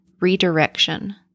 redirection